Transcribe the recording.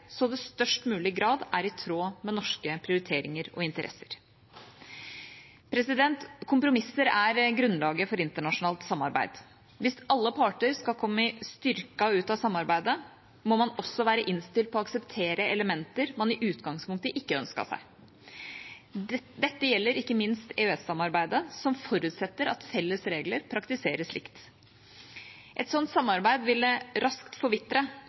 så det i størst mulig grad er i tråd med norske prioriteringer og interesser. Kompromisser er grunnlaget for internasjonalt samarbeid. Hvis alle parter skal komme styrket ut av samarbeidet, må man også være innstilt på å akseptere elementer man i utgangspunktet ikke ønsket seg. Dette gjelder ikke minst EØS-samarbeidet, som forutsetter at felles regelverk praktiseres likt. Et sånt samarbeid ville raskt forvitre